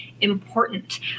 important